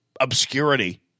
obscurity